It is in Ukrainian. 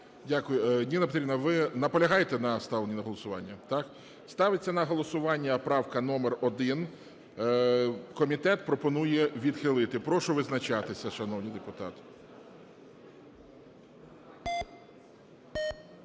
Дякую. Ніна Петрівна, ви наполягаєте на ставленні на голосування, так? Ставиться на голосування правка номер 1. Комітет пропонує відхилити. Прошу визначатися, шановні депутати.